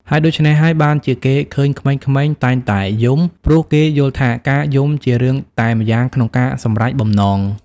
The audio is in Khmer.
ហេតុដូច្នេះហើយបានជាគេឃើញក្មេងៗតែងតែយំ ព្រោះគេយល់ថាការយំជារឿងតែម្យ៉ាងក្នុងការសម្រេចបំណង។